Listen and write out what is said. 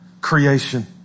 creation